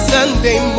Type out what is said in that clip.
Sunday